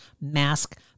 mask